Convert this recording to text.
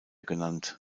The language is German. genannt